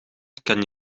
kan